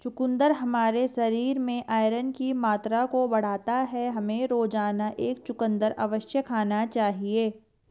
चुकंदर हमारे शरीर में आयरन की मात्रा को बढ़ाता है, हमें रोजाना एक चुकंदर अवश्य खाना चाहिए